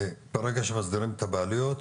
ברגע שמסדירים את הבעלויות,